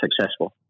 successful